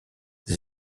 des